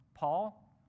Paul